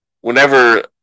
whenever